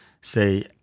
say